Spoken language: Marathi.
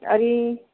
अरी